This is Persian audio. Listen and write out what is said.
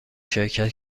شرکت